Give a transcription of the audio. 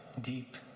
deep